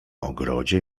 ogrodzie